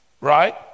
right